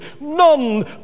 None